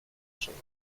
żoną